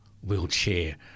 wheelchair